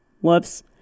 Whoops